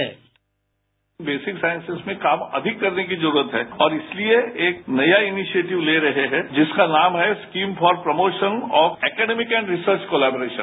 साउड bite basic sciences में काम अधिक करने की जरूरत है और इसलिए एक नया इनीशिएटिव ले रहे हैं जिसका नाम है scheme for promotion of academic and research collaboration